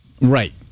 Right